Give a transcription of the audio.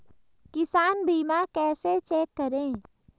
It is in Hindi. किसान बीमा कैसे चेक करें?